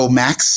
max